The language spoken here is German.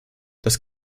das